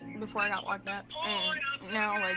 before i got locked up, and now, like,